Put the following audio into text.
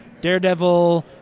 Daredevil